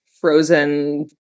frozen